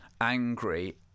angry